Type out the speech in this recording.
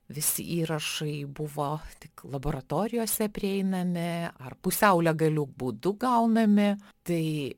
visi įrašai buvo tik laboratorijose prieinami ar pusiau legaliu būdu gaunami tai